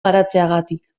garatzeagatik